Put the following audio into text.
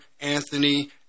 Anthony